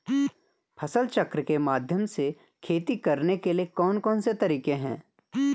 फसल चक्र के माध्यम से खेती करने के लिए कौन कौन से तरीके हैं?